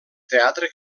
teatre